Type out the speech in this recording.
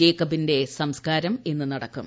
ജേക്കബിന്റെ സംസ്കാരം ഇന്ന് നടക്കും